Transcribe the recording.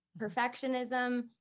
perfectionism